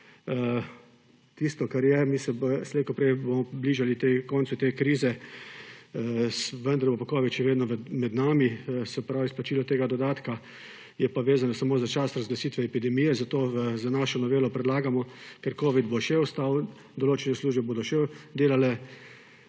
Tisto, kar je, mi se slej ko prej bomo bližali koncu te krize, vendar bo pa covid še vedno med nami. Se pravi, izplačilo tega dodatka je pa vezano samo za čas razglasitve epidemije, zato z našo novelo predlagamo, ker covid bo še ostal, določene službe bodo še delale,